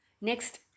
Next